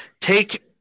take